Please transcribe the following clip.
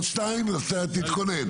תתכונן.